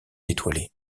étoilé